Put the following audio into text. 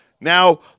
Now